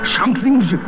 Something's